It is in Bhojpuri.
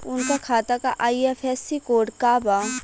उनका खाता का आई.एफ.एस.सी कोड का बा?